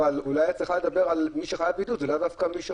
אולי את צריכה לדבר על מי שחייב בידוד ולאו דווקא על מי שחולה,